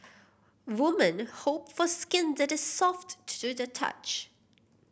woman hope for skin that is soft to the touch